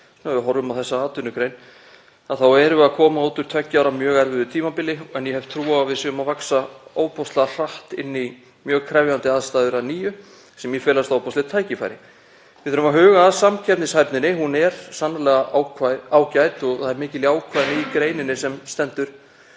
við horfum á þessa atvinnugrein þá erum við að koma út úr tveggja ára mjög erfiðu tímabili en ég hef trú á að við séum að vaxa ofboðslega hratt inn í mjög krefjandi aðstæður að nýju sem í felast ofboðsleg tækifæri. Við þurfum að huga að samkeppnishæfninni. Hún er sannarlega ágæt og það er mikil jákvæðni í greininni sem stendur